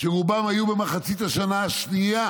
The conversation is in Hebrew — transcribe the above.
שרובם היו במחצית השנה השנייה,